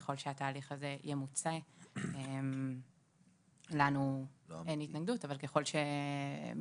ככל שהתהליך הזה ימוצה, לנו אין התנגדות, אבל בסוף